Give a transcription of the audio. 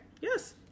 yes